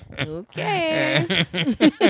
Okay